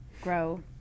grow